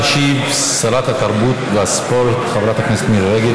תשיב שרת התרבות והספורט חברת הכנסת מירי רגב,